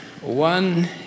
one